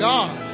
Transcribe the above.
God